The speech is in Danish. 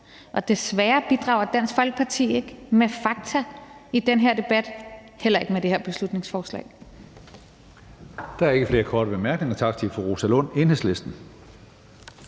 og desværre bidrager Dansk Folkeparti ikke med fakta i den her debat, heller ikke med det her beslutningsforslag.